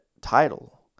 title